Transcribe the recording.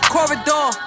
Corridor